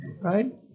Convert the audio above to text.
Right